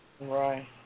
Right